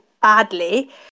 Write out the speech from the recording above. badly